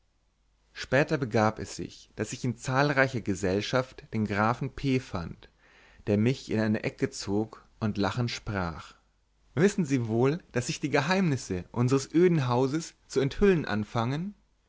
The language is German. später begab es sich daß ich in zahlreicher gesellschaft den grafen p fand der mich in eine ecke zog und lachend sprach wissen sie wohl daß sich die geheimnisse unseres öden hauses zu enthüllen anfangen